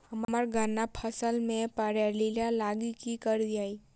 हम्मर गन्ना फसल मे पायरिल्ला लागि की करियै?